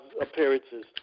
appearances